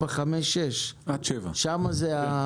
4, 5, 6. שם המסה.